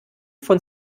von